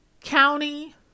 county